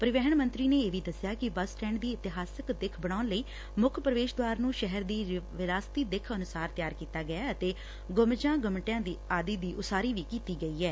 ਪਰਿਵਹਿਣ ਮੰਤਰੀ ਨੇ ਇਹ ਵੀ ਦੱਸਿਆ ਕਿ ਬੱਸ ਸਟੈ'ਡ ਦੀ ਇਤਿਹਾਸਕ ਦਿੱਖ ਬਣਾਉਣ ਲਈ ਮੁੱਖ ਪ੍ਵੇਸ਼ ਦੁਆਰ ਨੂੰ ਸ਼ਹਿਰ ਦੀ ਵਿਰਾਸਤੀ ਦਿੱਖ ਅਨੁਸਾਰ ਤਿਆਰ ਕੀਤਾ ਗਿਐ ਅਤੇ ਗੁੰਬਜਾਂ ਗਮਟਿਆਂ ਆਦਿ ਦੀ ਉਸਾਰੀ ਵੀ ਕੀਤੀ ਗਈ ਏ